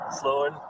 Slowing